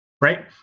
Right